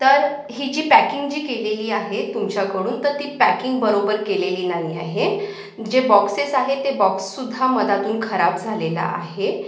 तर ही जी पॅकिंग जी केलेली आहे तुमच्याकडून तर ती पॅकिंग बरोबर केलेली नाही आहे जे बॉक्सेस आहे ते बॉक्ससुद्धा मध्यातून खराब झालेला आहे